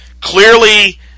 Clearly